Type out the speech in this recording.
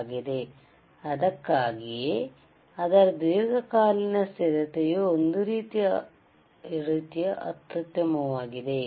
ಆದ್ದರಿಂದ ಅದಕ್ಕಾಗಿಯೇ ಅದರ ದೀರ್ಘಕಾಲೀನ ಸ್ಥಿರತೆಯೂ ಒಂದು ರೀತಿಯ ಅತ್ಯುತ್ತಮವಾಗಿದೆ